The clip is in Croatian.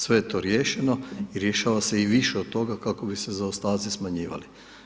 Sve je to riješeno i rješava se i više od toga kako bi se zaostaci smanjivali.